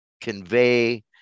convey